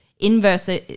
inverse